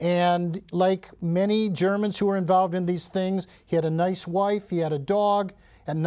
and like many germans who were involved in these things he had a nice wife he had a dog a